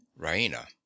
raina